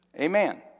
Amen